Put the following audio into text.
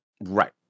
Right